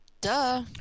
Duh